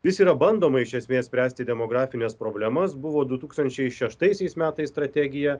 vis yra bandoma iš esmės spręsti demografines problemas buvo du tūkstančiai šeštaisiais metais strategija